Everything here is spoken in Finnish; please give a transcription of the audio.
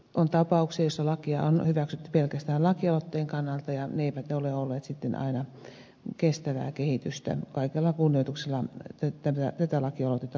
on tapauksia joissa lakeja on hyväksytty pelkästään lakialoitteen pohjalta ja ne eivät ole olleet sitten aina kestävää kehitystä kaikella kunnioituksella tätä lakialoitetta kohtaan